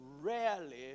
rarely